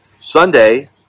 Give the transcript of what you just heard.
Sunday